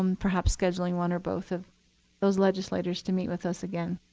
um perhaps, scheduling one or both of those legislators to meet with us again.